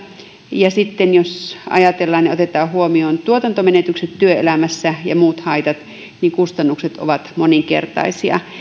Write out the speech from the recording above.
ja sitten jos otetaan huomioon tuotantomenetykset työelämässä ja muut haitat niin kustannukset ovat moninkertaisia